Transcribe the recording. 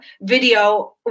video